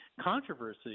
controversy